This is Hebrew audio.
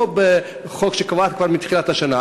לא בבסיס התקציב,